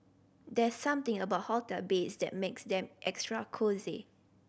there's something about hotel beds that makes them extra cosy